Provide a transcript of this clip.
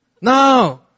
No